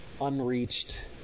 unreached